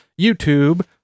youtube